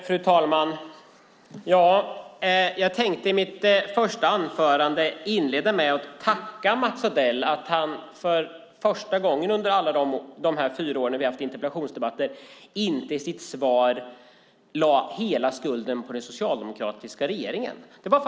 Fru talman! Jag tänkte i mitt första anförande inleda med att tacka Mats Odell för att han för första gången under de fyra år vi har haft interpellationsdebatter inte lade hela skulden på den socialdemokratiska regeringen i sitt svar.